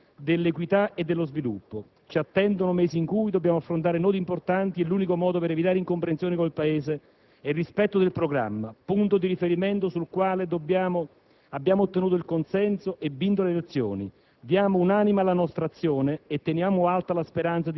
una maggiore partecipazione democratica ai processi decisionali. Bisogna continuare con più coraggio sulla strada dell'equità e dello sviluppo. Ci attendono mesi in cui bisogna affrontare nodi importanti e l'unico modo per evitare incomprensioni con il Paese è il rispetto del programma, punto di riferimento sul quale abbiamo